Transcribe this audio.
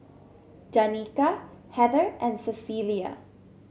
Danika Heather and Cecilia